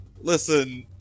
listen